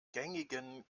gängigen